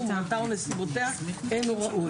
חומרתה או נסיבותיה אין הוא ראוי".